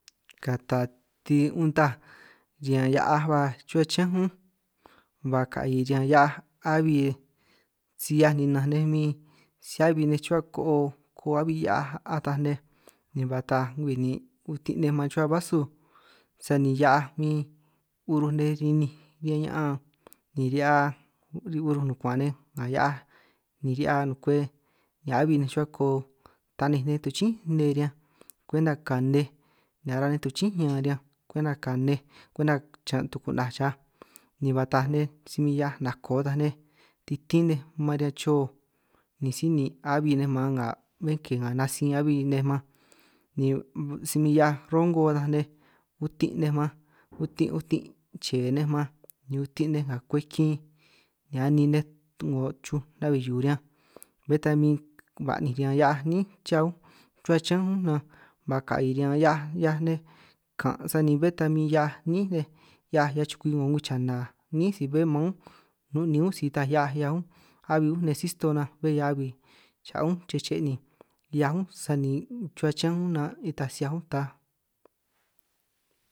Kata ti untaj riñan hia'aj ba chuhua chiñánj únj, ba ka'i riñan hia'aj abi si 'hiaj ninanj nej min si abi nej chuhua ko'o ko'o a'bi hia'aj ataj nej, ni ba taaj ngwii ni utin' nej mam chuhua basu sani hia'aj min uruj nej rininj nej riñan ñaan, ni ri'hia ni uruj nukuan'an nej nga hia'aj ni ri'hia nukwe nga a'bi nej chuhua koo, taninj nej toj chín' nnee riñanj kwenta kanej ni ara nej toj chín ñan riñan kwenta ka nnej kwenta chiñan' tuku'naj chaj ni ba taaj nej si min hia'aj nako ataj nej, titín nej man riñan chio ni síj ni a'bi nej maan nga bé ke nga natsij a'abi nej man, ni si min 'hiaj rongo ataj nej utin' nej man utin' utin' ché nej man ni utin' nej nga kwej kin, ni anin nej 'ngo chuj na'bi hiu riñanj bé ta min ba'ninj riñan hia'aj níin cha únj, chuhua chiñán únj nan ba ka'i riñan 'hia'aj 'hiaj nej kan', sani bé ta min hia'aj níin nej hia'aj 'hiaj chukwi 'ngo ngwii chana níin si bé maan únj nun níin únj si itaj hia'aj 'hiaj únj, abi únj nej sí stoo nan bé ñan abi xa' únj chej che' 'hiaj únj, sani chuhua chiñán nan nitaj si 'hiaj únj taj.